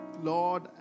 Lord